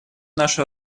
нашу